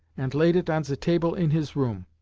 ant laid it on ze table in his room.